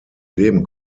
leben